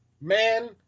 man